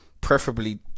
preferably